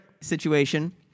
...situation